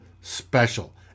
special